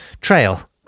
trail